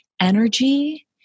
energy